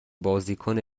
بازیکن